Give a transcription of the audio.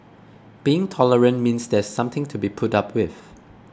being tolerant means there's something to be put up with